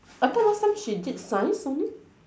I thought last time she did science something